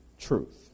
truth